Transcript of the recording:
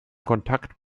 kontakt